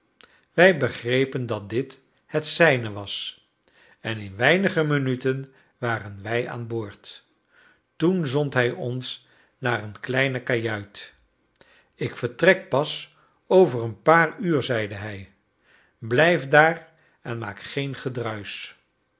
wij begrepen dat dit het zijne was en in weinige minuten waren wij aan boord toen zond hij ons naar een kleine kajuit ik vertrek pas over een paar uur zeide hij blijf daar en maak geen